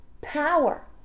Power